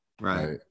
Right